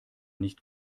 nicht